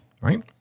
right